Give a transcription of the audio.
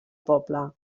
poble